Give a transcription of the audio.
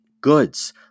goods